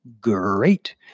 great